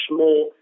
more